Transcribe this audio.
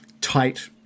tight